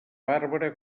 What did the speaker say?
bàrbara